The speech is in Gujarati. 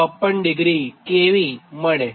54° kV મળે